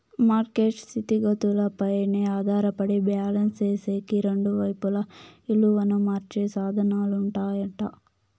market స్థితిగతులపైనే ఆధారపడి balance సేసేకి రెండు వైపులా ఇలువను మార్చే సాధనాలుంటాయట